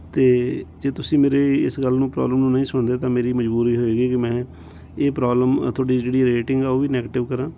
ਅਤੇ ਜੇ ਤੁਸੀਂ ਮੇਰੇ ਇਸ ਗੱਲ ਨੂੰ ਪ੍ਰੋਬਲਮ ਨੂੰ ਨਹੀਂ ਸੁਣਦੇ ਤਾਂ ਮੇਰੀ ਮਜ਼ਬੂਰੀ ਹੋਵੇਗੀ ਕਿ ਮੈਂ ਇਹ ਪ੍ਰੋਬਲਮ ਤੁਹਾਡੀ ਜਿਹੜੀ ਰੇਟਿੰਗ ਆ ਉਹ ਵੀ ਨੈਗਟਿਵ ਕਰਾਂ